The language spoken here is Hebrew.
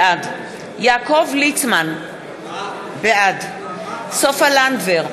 בעד יעקב ליצמן, בעד סופה לנדבר,